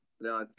No